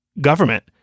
government